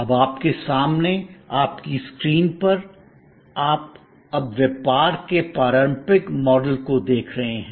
अब आपके सामने आपकी स्क्रीन पर आप अब व्यापार के पारंपरिक मॉडल को देख रहे हैं